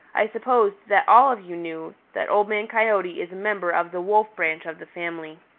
i supposed that all of you knew that old man coyote is a member of the wolf branch of the family.